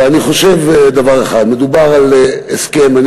אבל אני חושב דבר אחד: מדובר על הסכם טוב.